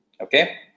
Okay